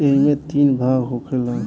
ऐइमे तीन भाग होखेला